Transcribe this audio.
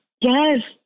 Yes